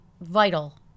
vital